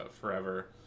forever